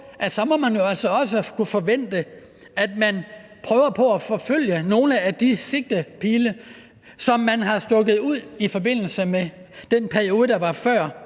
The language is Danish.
at vi jo så også må kunne forvente, at man prøver på at forfølge nogle af de sigtelinjer, som man har stukket ud i forbindelse med den periode, der var før